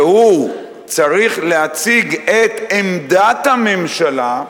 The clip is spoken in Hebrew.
והוא צריך להציג את עמדת הממשלה,